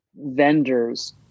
vendors